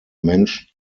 mensch